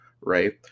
Right